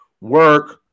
work